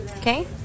okay